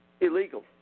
illegal